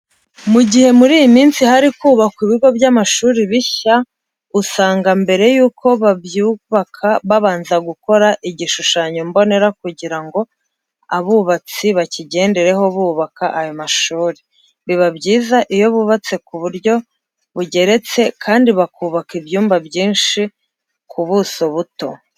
Mu gihe muri iyi minsi hari kubakwa ibigo by'amashuri bishya, usanga mbere yuko babyubaka babanza gukora igishushanyo mbonera kugira ngo abubatsi bakigendereho bubaka ayo mashuri. Biba byiza iyo bubatse ku buryo bugeretse kandi bakubaka ibyumba byinshi ku buso buto.